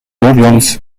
mówiąc